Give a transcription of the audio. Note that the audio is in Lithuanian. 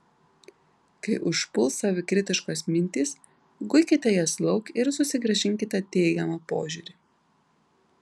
kai užpuls savikritiškos mintys guikite jas lauk ir susigrąžinkite teigiamą požiūrį